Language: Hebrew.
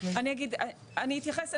אני אתייחס,